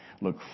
look